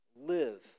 live